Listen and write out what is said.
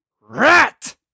rat